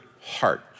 heart